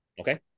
Okay